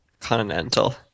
Continental